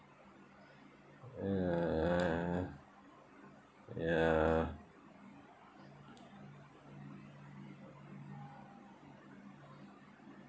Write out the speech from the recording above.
ya ya